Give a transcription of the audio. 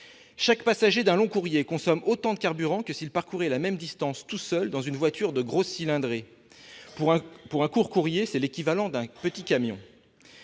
Chaque passager d'un long courrier consomme autant de carburant que s'il parcourait la même distance tout seul dans une voiture de grosse cylindrée. Pour ce qui concerne un court courrier, la consommation